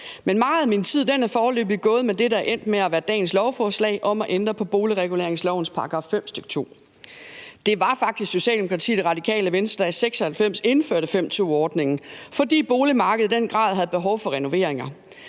men meget af min tid er foreløbig gået med det, der er endt med at være dagens lovforslag om at ændre på boligreguleringslovens § 5, stk. 2. Det var faktisk Socialdemokratiet og Radikale Venstre, der i 1996 indførte § 5, stk. 2-ordningen, fordi boligmarkedet i den grad havde behov for renovering.